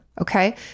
Okay